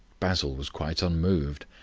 basil was quite unmoved.